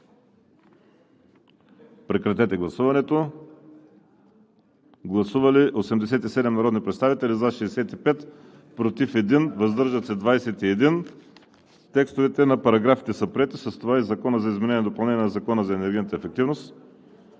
изчетените параграфи. Гласували 87 народни представители: за 65, против 1, въздържали се 21. Текстовете на параграфите са приети, с това и Законът за изменение и допълнение на Закона за енергийната ефективност,